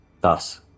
thus